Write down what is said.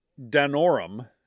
danorum